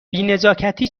بینزاکتی